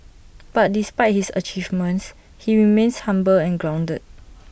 but despite his achievements he remains humble and grounded